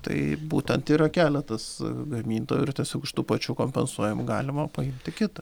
tai būtent yra keletas gamintojų ir tiesiog iš tų pačių kompensuojamų galima paimti kitą